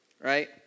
right